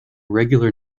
regular